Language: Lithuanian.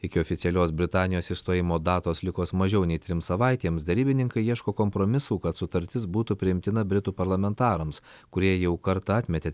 iki oficialios britanijos išstojimo datos likus mažiau nei trims savaitėms derybininkai ieško kompromisų kad sutartis būtų priimtina britų parlamentarams kurie jau kartą atmetė